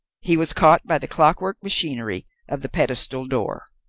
he was caught by the clockwork machinery of the pedestal door.